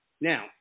now